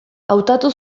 hautatu